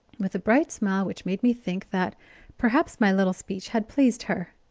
with a bright smile which made me think that perhaps my little speech had pleased her.